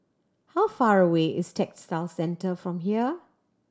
how far away is Textile Centre from here